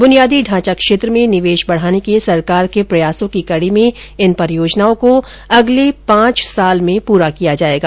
बुनियादी ढांचा क्षेत्र में निवेश बढ़ाने के सरकार के प्रयासों की कड़ी में इन परियोजनाओं को अगले पांच वर्ष में पूरा किया जायेगा